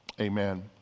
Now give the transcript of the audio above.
Amen